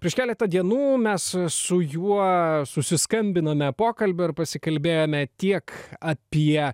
prieš keletą dienų mes su juo susiskambinome pokalbio ir pasikalbėjome tiek apie